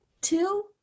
two